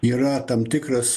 yra tam tikras